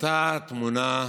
עלתה תמונה,